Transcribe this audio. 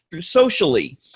socially